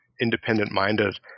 independent-minded